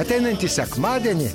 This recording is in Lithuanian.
ateinantį sekmadienį